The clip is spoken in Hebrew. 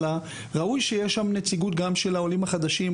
ראוי שתהיה שם נציגות גם של העולים החדשים,